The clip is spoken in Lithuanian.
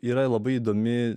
yra labai įdomi